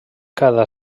cada